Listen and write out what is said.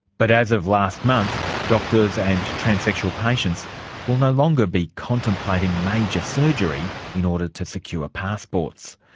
but as of last month, doctors and transsexual patients will no longer be contemplating major surgery in order to secure passports.